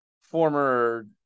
former